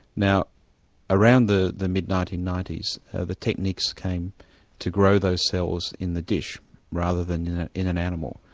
now around the the mid nineteen ninety s the techniques came to grow those cells in the dish rather than in an animal.